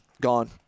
gone